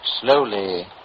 Slowly